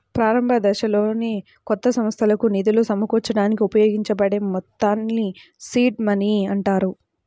ప్రారంభదశలోనే కొత్త సంస్థకు నిధులు సమకూర్చడానికి ఉపయోగించబడే మొత్తాల్ని సీడ్ మనీ అంటారు